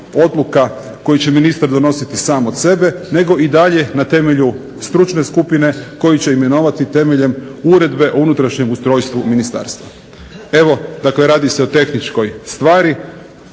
koju će ministar donositi sam od sebe nego i dalje na temelju stručne skupine koji će imenovati temeljem Uredbe o unutrašnjem ustrojstvu ministarstva. Evo dakle radi se o tehničkoj stvari,